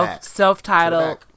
Self-titled